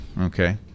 Okay